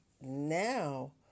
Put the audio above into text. now